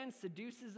seduces